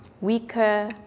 weaker